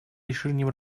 решением